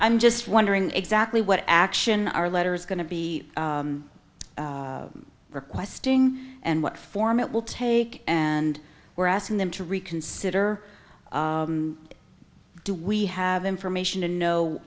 i'm just wondering exactly what action our letter is going to be requesting and what form it will take and we're asking them to reconsider do we have information to know